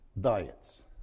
Diets